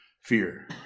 Fear